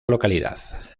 localidad